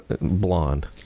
blonde